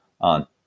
on